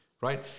right